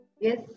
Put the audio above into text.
Yes